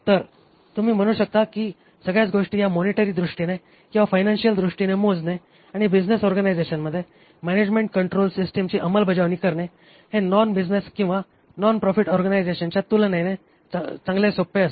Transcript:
तर तुम्ही म्हणू शकता कि सगळ्याच गोष्टी ह्या मॉनिटरी दृष्टीने किंवा फायनान्शियल दृष्टीने मोजणे आणि बिझनेस ऑर्गनायझेशनमध्ये मॅनॅजमेन्ट कंट्रोल सिस्टिमची अंमलबजावणी करणे हे नॉन बिझनेस किंवा नॉन प्रॉफिट ऑर्गनायझेशनच्या तुलनेने चांगले सोपे असते